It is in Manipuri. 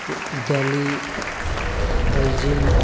ꯗꯦꯜꯂꯤ ꯕꯩꯖꯤꯡ